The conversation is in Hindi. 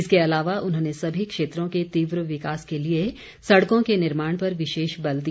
इसके अलावा उन्होंने सभी क्षेत्रों के तीव्र विकास के लिए सड़कों के निर्माण पर विशेष बल दिया